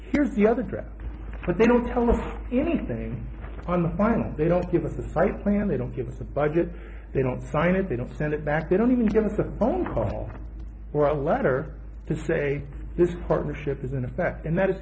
here's the other draft but they don't tell us anything on the final they don't give us a site plan they don't give us a budget they don't sign it they don't send it back they don't even give us a phone call well a letter to say this partnership is in effect and that